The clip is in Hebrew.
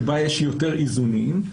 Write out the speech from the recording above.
שבה יש יותר איזונים,